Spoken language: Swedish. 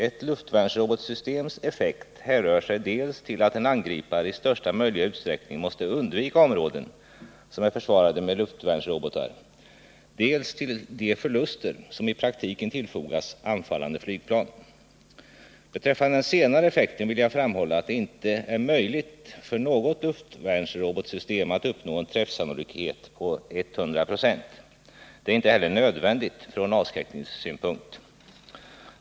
Ett luftvärnsrobotsystems effekt hänför sig dels till att en angripare i största möjliga utsträckning måste undvika områden som är försvarade med luftvärnsrobotar, dels till de förluster som i praktiken tillfogas anfallande flygplan. Beträffande den senare effekten vill jag framhålla att det inte är möjligt för något luftvärnsrobotsystem att uppnå en träffsannolikhet på 10026. Det är icke heller nödvändigt från avskräckningssynpunkt.